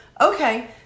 okay